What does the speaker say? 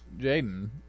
Jaden